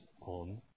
on